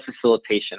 facilitation